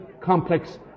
complex